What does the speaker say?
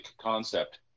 concept